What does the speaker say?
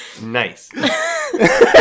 Nice